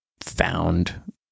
found